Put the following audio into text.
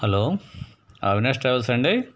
hello Avinash ట్రావెల్సా అండి